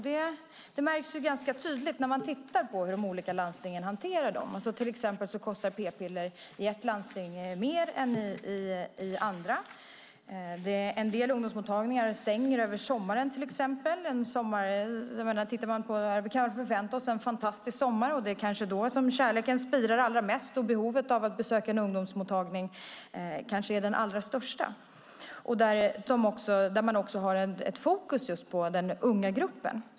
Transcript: Det märks ganska tydligt när man tittar på hur de olika landstingen hanterar dem. Till exempel kostar p-piller i ett landsting mer än i andra. En del ungdomsmottagningar stänger över sommaren. Vi kan förvänta oss en fantastisk sommar, och det kanske är då som kärleken spirar allra mest och behovet av att besöka en ungdomsmottagning allra störst, där man har fokus på den unga gruppen.